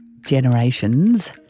generations